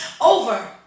over